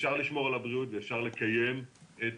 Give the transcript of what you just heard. אפשר לשמור על הבריאות ואפשר לקיים את